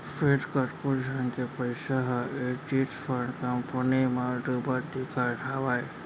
फेर कतको झन के पइसा ह ए चिटफंड कंपनी म डुबत दिखत हावय